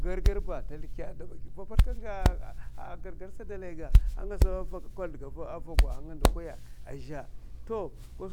Gagar ba ta lthiki a dabagi va pazlka gagar sa a dalay ga, anga sa kozlokona a vogwa a nga ndokoya, ka